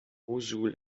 mossul